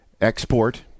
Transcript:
export